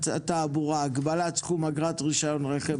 התעבורה (הגבלת סכום אגרת רישיון רכב),